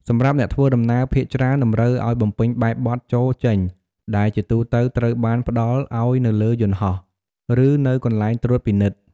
សម្រាប់អ្នកធ្វើដំណើរភាគច្រើនតម្រូវឱ្យបំពេញបែបបទចូល-ចេញ ដែលជាទូទៅត្រូវបានផ្តល់ឱ្យនៅលើយន្តហោះ ឬនៅកន្លែងត្រួតពិនិត្យ។